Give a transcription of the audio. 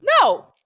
No